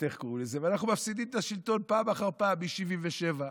ואנחנו מפסידים את השלטון פעם אחר פעם מ-77'.